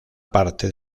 parte